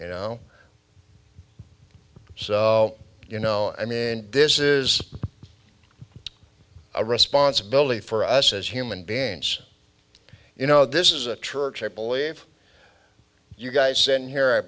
you know so you know i mean this is a responsibility for us as human beings you know this is a true church i believe you guys in here i